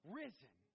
risen